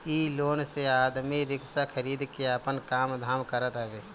इ लोन से आदमी रिक्शा खरीद के आपन काम धाम करत हवे